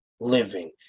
living